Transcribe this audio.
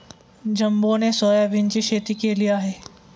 जंबोने सोयाबीनची शेती केली आहे